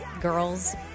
girls